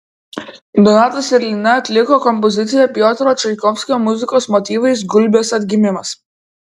donatas ir lina atliko kompoziciją piotro čaikovskio muzikos motyvais gulbės atgimimas